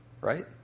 right